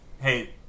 hey